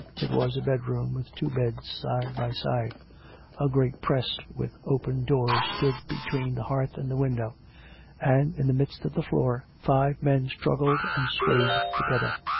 it was a bedroom, with two beds side by side a great press with open doors stood between the hearth and the window and, in the midst of the floor, five men struggled and swayed together.